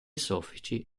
soffici